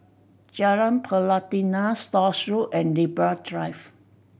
Jalan Pelatina Stores Road and Libra Drive